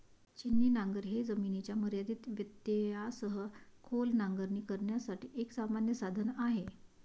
छिन्नी नांगर हे जमिनीच्या मर्यादित व्यत्ययासह खोल नांगरणी करण्यासाठी एक सामान्य साधन आहे